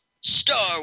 Star